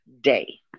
day